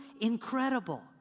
incredible